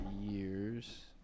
years